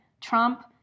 Trump